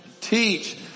Teach